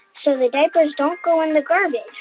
so the diapers don't go in the garbage.